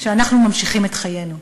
שאנחנו ממשיכים את חיינו.